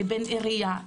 לבין עירייה,